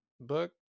book